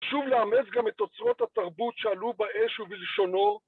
שוב לאמץ גם את אוצרות התרבות שעלו באש ובלשונו